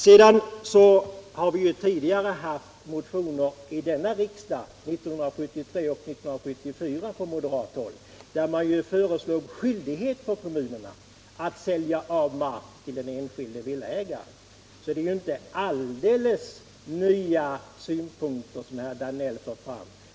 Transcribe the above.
Vi har tidigare behandlat motioner i denna fråga — 1973 och 1974 —- från moderat håll, där man föreslog skyldighet för kommunerna att sälja av mark till den enskilde villaägaren. Det är inte helt nya synpunkter som herr Danell för fram.